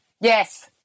yes